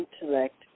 intellect